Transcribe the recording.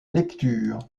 lecture